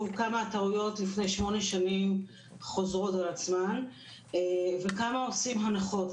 כמה הטעויות לפני שמונה שנים חוזרות על עצמן וכמה עושים הנחות.